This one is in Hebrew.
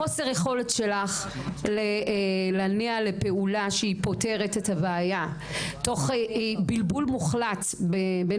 חוסר היכולת שלך להניע לפעולה שהיא פותרת את הבעיה תוך בלבול מוחלט בין